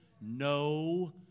No